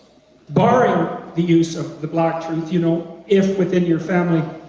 barring the use of the black truth, you know, if, within your family,